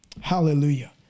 Hallelujah